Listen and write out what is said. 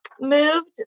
moved